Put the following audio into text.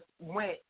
went